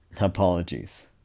Apologies